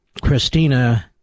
Christina